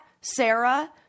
Sarah